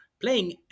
playing